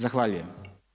Zahvaljujem.